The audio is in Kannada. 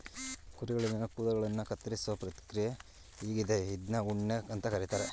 ಕುರಿಗಳಲ್ಲಿನ ಕೂದಲುಗಳನ್ನ ಕತ್ತರಿಸೋ ಪ್ರಕ್ರಿಯೆ ಆಗಿದೆ ಇದ್ನ ಉಣ್ಣೆ ಅಂತ ಕರೀತಾರೆ